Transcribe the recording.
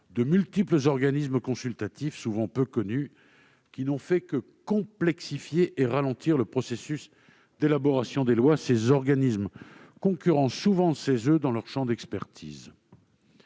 de multiples organismes consultatifs, souvent peu connus, qui n'ont fait que complexifier et ralentir le processus d'élaboration des lois, ces organismes concurrençant souvent le CESE dans son champ d'expertise.